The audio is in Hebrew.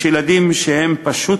יש ילדים שהם בשבילה בוקר וזריחה,